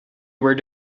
where